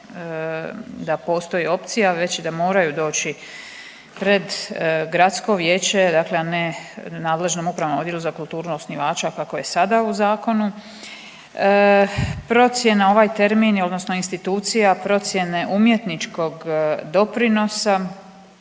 da postoji opcija već da moraju doći pred gradsko vijeće, dakle a ne nadležnom upravnom odjelu za kulturu osnivača kako je sada u zakonu. Procjena ovaj termin odnosno institucija procjene umjetničkog doprinosa